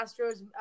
astros